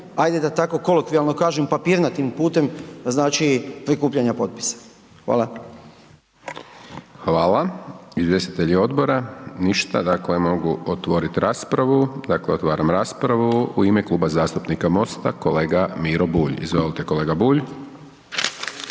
ajde da tako kolokvijalno kažem, papirnatim putem, znači prikupljanja potpisa. Hvala. **Hajdaš Dončić, Siniša (SDP)** Hvala. Izvjestitelji odbora? Ništa. Dakle mogu otvorit raspravu, dakle otvaram raspravu, u ime Kluba zastupnika MOST-a, kolega Miro Bulj, izvolite kolega Bulj.